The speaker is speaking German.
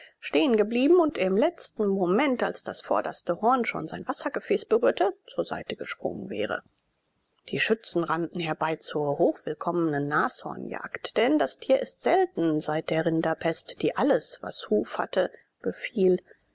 stehen geblieben und im letzten moment als das vorderste horn schon sein wassergefäß berührte zur seite gesprungen wäre die schützen rannten herbei zur hochwillkommenen nashornjagd denn das tier ist selten seit der rinderpest die alles was huf hatte befiel